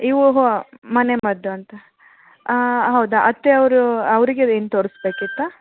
ಇವು ಮನೆ ಮದ್ದು ಅಂತ ಹೌದಾ ಅತ್ತೆ ಅವರು ಅವರಿಗೆ ಏನು ತೋರಿಸಬೇಕಿತ್ತ